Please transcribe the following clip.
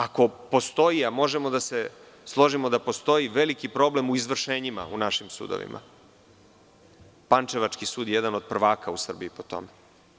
Ako postoji, a možemo da se složimo da postoji veliki problem u izvršenjima u našim sudovima, pančevački sud je jedan od prvaka u Srbiji po tome.